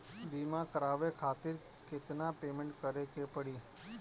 बीमा करावे खातिर केतना पेमेंट करे के पड़ी?